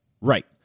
Right